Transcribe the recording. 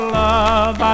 love